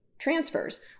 transfers